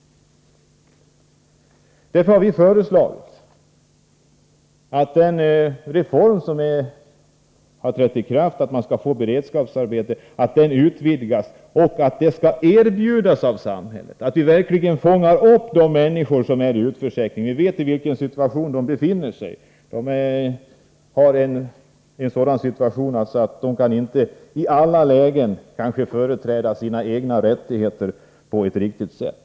Därför har vi föreslagit att den reform om beredskapsarbete som har trätt i kraft skulle utvidgas. Beredskapsarbete skall erbjudas av samhället, så att de människor som är utförsäkrade verkligen fångas upp. Vi vet i vilken situation de befinner sig. De kan inte i alla lägen företräda sina egna rättigheter på ett riktigt sätt.